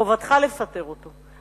חובתך לפטר אותו.